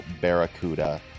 Barracuda